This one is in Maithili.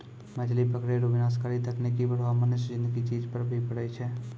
मछली पकड़ै रो विनाशकारी तकनीकी प्रभाव मनुष्य ज़िन्दगी चीज पर भी पड़ै छै